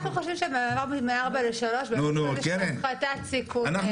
אנחנו חושבים שבמעבר מארבע לשלוש --- יש הפחתת סיכון --- קרן,